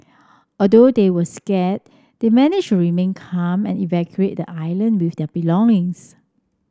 although they were scared they managed to remain calm and evacuate the island with their belongings